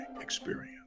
Experience